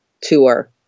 tour